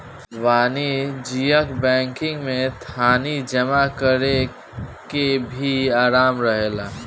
वाणिज्यिक बैंकिंग में थाती जमा करेके भी आराम रहेला